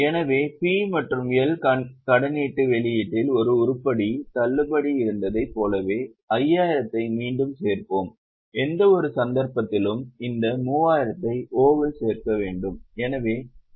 எனவே P மற்றும் L கடனீட்டு வெளியீட்டில் ஒரு உருப்படி தள்ளுபடி இருந்ததைப் போலவே 5000 ஐ மீண்டும் சேர்ப்போம் எந்தவொரு சந்தர்ப்பத்திலும் இந்த 3000 ஐ O இல் சேர்க்க வேண்டும்